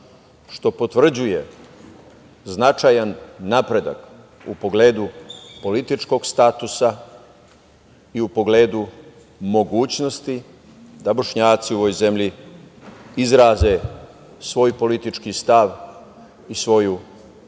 što potvrđuje značajan napredak u pogledu političkog statusa i u pogledu mogućnosti da Bošnjaci u ovoj zemlji izraze svoj politički stav i svoju političku